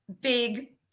big